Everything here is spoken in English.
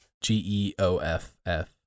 G-E-O-F-F